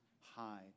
high